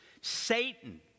Satan